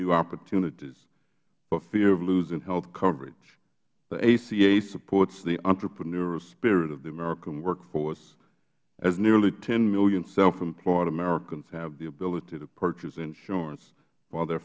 new opportunities for fear of losing health coverage the aca supports the entrepreneurial spirit of the american workforce as nearly ten million self employed americans have the ability to purchase insurance for their